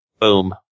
Boom